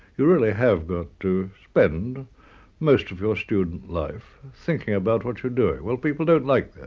you really have got to spend most of your student life thinking about what you're doing. well people don't like that.